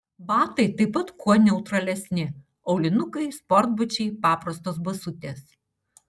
batai taip pat kuo neutralesni aulinukai sportbačiai paprastos basutės